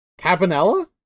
Cabanella